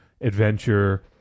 adventure